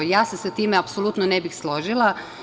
Ja se sa time apsolutno ne bih složila.